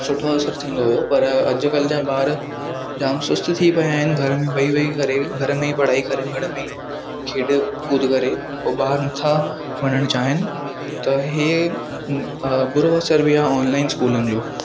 सुठो असरु थींदो हुओ पर अॼुकल्ह जा ॿार जाम सुस्तु थी पिया आहिनि घर में वेही वेही करे घर में ई पढ़ाई करे घर में ई खेॾ कुद करे हू ॿाहिरि नथा वञणु चाहिनि त ही बुरो असरु बि आ ऑनलाइन स्कूलनि जो